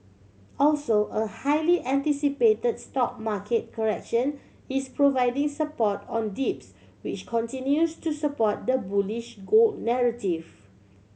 also a highly anticipate stock market correction is providing support on dips which continues to support the bullish gold narrative